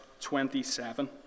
27